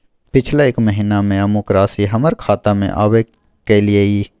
पिछला एक महीना म अमुक राशि हमर खाता में आबय कैलियै इ?